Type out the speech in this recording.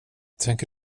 tänker